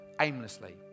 aimlessly